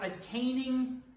attaining